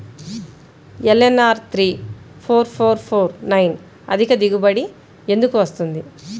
LNR three four four four nine అధిక దిగుబడి ఎందుకు వస్తుంది?